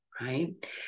Right